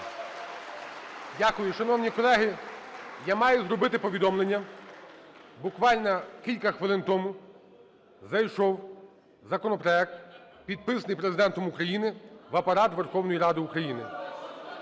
Дякую. Шановні колеги, я маю зробити повідомлення. Буквально кілька хвилин тому зайшов законопроект, підписаний Президентом України, в Апарат Верховної Ради України.